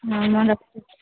ஆமாம் டாக்டர்